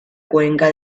cuenca